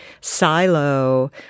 silo